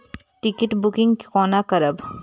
Rail ticket booking कोना करब?